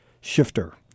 Shifter